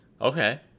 Okay